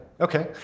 Okay